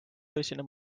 tõsine